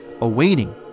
awaiting